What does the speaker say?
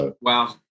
Wow